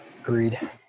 Agreed